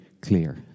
clear